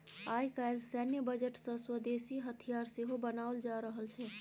आय काल्हि सैन्य बजट सँ स्वदेशी हथियार सेहो बनाओल जा रहल छै